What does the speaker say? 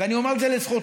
ואני אומר את זה לזכותך.